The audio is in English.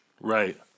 right